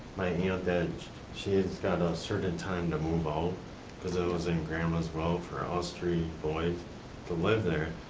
my and you know aunt she's got a certain time to move out because i was in grandma's will for us three boys to live there,